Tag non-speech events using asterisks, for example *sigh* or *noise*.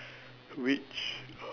which *noise*